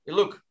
look